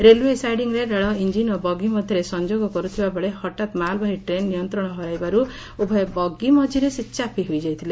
railway ସାଇଡିଂରେ ରେଳ engine ଓ ବଗି ମଧ୍ୟରେ ସଂଯୋଗ କର୍ଥଥବା ବେଳେ ହଠାତ୍ ମାଲବାହୀ ଟ୍ରେନ୍ ନିୟନ୍ତଶ ହରାଇବାରୁ ଉଭୟ ବଗି ମଝିରେ ସେ ଚାପି ହୋଇଯାଇଥିଲେ